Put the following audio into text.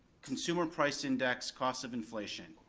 consumer price index, cost of inflation,